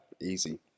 Easy